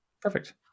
Perfect